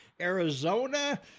Arizona